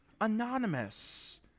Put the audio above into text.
anonymous